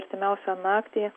artimiausią naktį